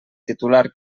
titular